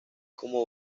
como